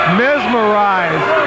mesmerized